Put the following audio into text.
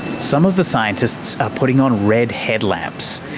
some of the scientists are putting on red headlamps.